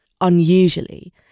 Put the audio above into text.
unusually